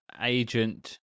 Agent